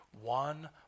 one